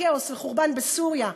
כאוס וחורבן בסוריה,